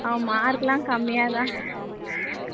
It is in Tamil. அவன் மார்க்குலாம் கம்மியாக தான்